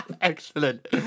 excellent